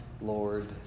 Lord